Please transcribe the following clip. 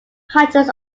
hundreds